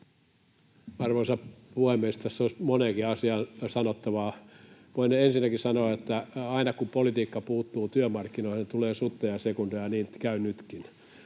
Arvoisa puhemies! Tässä olisi moneenkin asiaan sanottavaa. Voin ensinnäkin sanoa, että aina kun politiikka puuttuu työmarkkinoihin, niin tulee sutta ja sekundaa, ja niin käy nytkin.